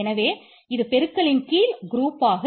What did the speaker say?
எனவே இது பெருக்கலின் இன் கீழ் குரூப்பாக